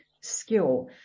skill